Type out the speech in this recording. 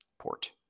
Port